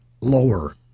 lower